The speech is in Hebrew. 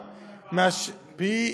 גבוהה, פי ארבעה.